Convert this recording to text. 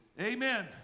Amen